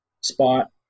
spot